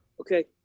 Okay